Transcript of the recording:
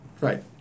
Right